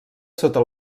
sota